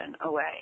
away